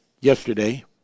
yesterday